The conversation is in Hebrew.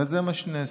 וזה מה שנעשה,